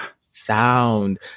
sound